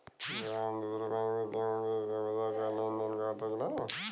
का हम दूसरे बैंक से केहू के पैसा क लेन देन कर सकिला?